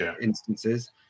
instances